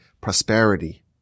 prosperity